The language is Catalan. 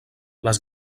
les